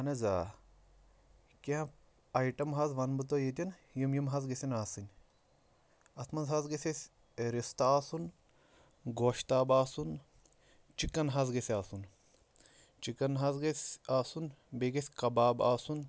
اہن حظ آ کینٛہہ آیٹم حظ وَنہٕ بہٕ تۄہہِ ییٚتٮ۪ن یِم یِم حظ گژھن آسٕنۍ اَتھ منٛز حظ گژھِ اَسہِ رِستہٕ آسُن گۄشتاب آسُن چِکَن حظ گژھِ آسُن چِکَن حظ گَژھِ آسُن بیٚیہِ گژھِ کَباب آسُن